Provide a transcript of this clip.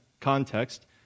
context